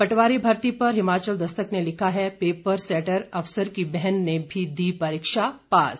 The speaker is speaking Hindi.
पटवारी भर्ती पर हिमाचल दस्तक ने लिखा है पेपर सेटर अफसर की बहन ने भी दी परीक्षा पास